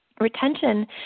Retention